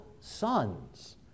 sons